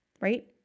right